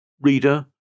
Reader